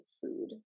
food